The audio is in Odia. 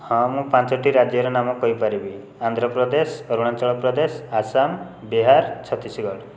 ହଁ ମୁଁ ପାଞ୍ଚଟି ରାଜ୍ୟର ନାମ କହିପାରିବି ଆନ୍ଧ୍ରପ୍ରଦେଶ ଅରୁଣାଚଳପ୍ରଦେଶ ଆସାମ ବିହାର ଛତିଶଗଡ଼